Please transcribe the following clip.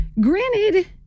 Granted